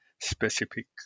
specific